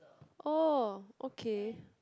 oh okay